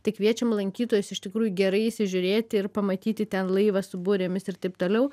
tai kviečiame lankytojus iš tikrųjų gerai įsižiūrėti ir pamatyti ten laivą su burėmis ir taip toliau